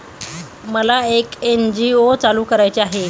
मला एक एन.जी.ओ चालू करायची आहे